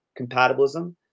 compatibilism